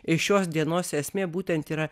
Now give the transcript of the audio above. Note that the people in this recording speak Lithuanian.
šios dienos esmė būtent yra